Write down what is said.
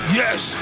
yes